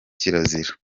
kirazira